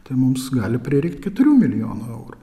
tai mums gali prireikti keturių milijonų eurų